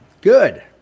Good